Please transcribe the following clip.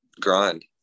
grind